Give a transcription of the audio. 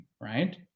right